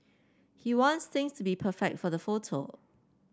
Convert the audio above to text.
he wants things to be perfect for the photo